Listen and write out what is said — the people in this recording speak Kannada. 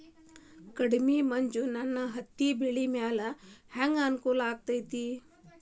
ಕಡಮಿ ಮಂಜ್ ನನ್ ಹತ್ತಿಬೆಳಿ ಮ್ಯಾಲೆ ಹೆಂಗ್ ಅನಾನುಕೂಲ ಆಗ್ತೆತಿ?